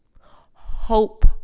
hope